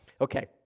Okay